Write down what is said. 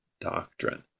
doctrine